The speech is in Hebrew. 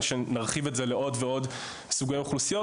שנרחיב את זה לעוד ועוד סוגי אוכלוסיות,